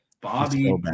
Bobby